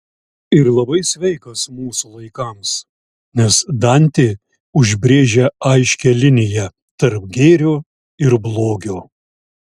ir labai sveikas mūsų laikams nes dantė užbrėžia aiškią liniją tarp gėrio ir blogio